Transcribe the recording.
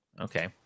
Okay